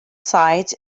site